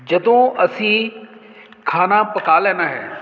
ਜਦੋਂ ਅਸੀਂ ਖਾਣਾ ਪਕਾ ਲੈਣਾ ਹੈ